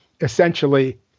essentially